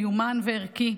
מיומן וערכי,